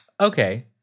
Okay